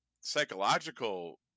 psychological